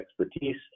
expertise